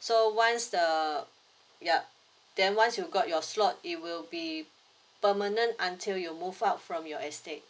so once the yup then once you got your slot it will be permanent until you move out from your estate